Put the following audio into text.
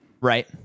Right